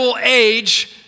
age